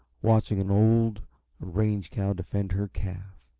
watching an old range cow defend her calf.